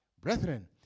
Brethren